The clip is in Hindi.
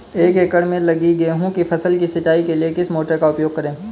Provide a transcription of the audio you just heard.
एक एकड़ में लगी गेहूँ की फसल की सिंचाई के लिए किस मोटर का उपयोग करें?